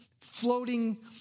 floating